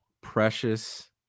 precious